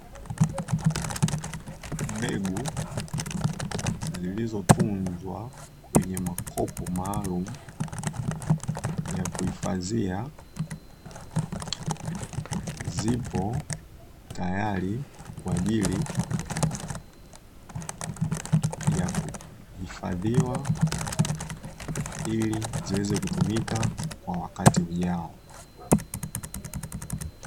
Mbegu zilizofungwa katika makopo maalumu ya kuhifadhia, zipo tayari kwajili ya kuhifadhia kwajili ya kuweza kutumika katika wakati ujao.